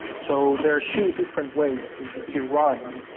so there are two different ways to derive